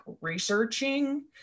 researching